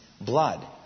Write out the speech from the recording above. blood